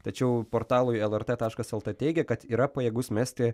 tačiau portalui lrt taškas lt teigė kad yra pajėgus mesti